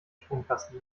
stromkasten